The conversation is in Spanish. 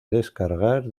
descargar